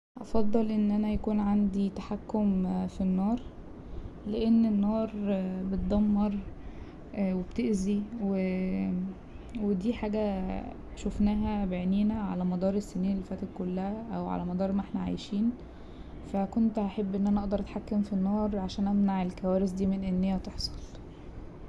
هفضل ان انا يكون عندي تحكم في النار لأن النار بتدمر وبتأذي ودي حاجة شوفناها بعنينا على مدار السنين اللي فاتت كلها أو على مدار ما احنا عايشين فى كنت هحب ان انا اقدر اتحكم في النار عشان امنع الكوارث دي من ان هي تحصل.